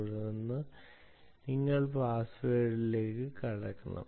തുടർന്ന് നിങ്ങൾ പാസ്വേഡുകളിലേക്ക് പോകണം